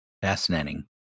Fascinating